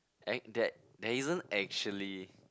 ain't that there isn't actually